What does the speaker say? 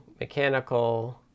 mechanical